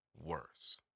Worse